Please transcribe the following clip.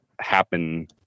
happen